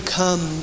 come